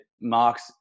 Mark's